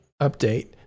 update